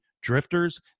drifters